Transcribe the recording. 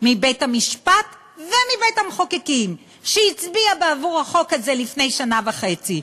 מבית-המשפט ומבית-המחוקקים שהצביע בעבור החוק הזה לפני שנה וחצי.